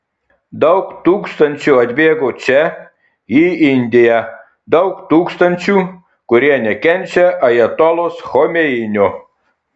daug tūkstančių atbėgo čia į indiją daug tūkstančių kurie nekenčia ajatolos chomeinio